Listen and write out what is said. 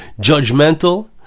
judgmental